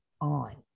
on